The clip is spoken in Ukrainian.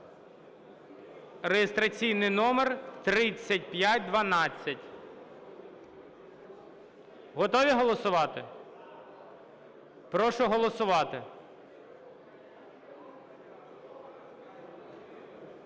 (реєстраційний номер 3512). Готові голосувати? Прошу голосувати.